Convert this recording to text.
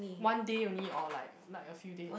one day only or like like a few days